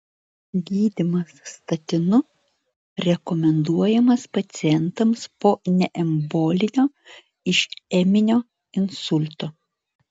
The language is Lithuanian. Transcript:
gydymas statinu rekomenduojamas pacientams po neembolinio išeminio insulto